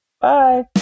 Bye